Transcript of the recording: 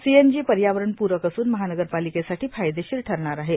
CNG पर्यावरणपूरक असून महानगरपालिकेसाठी फायदेशीर ठरणार आहे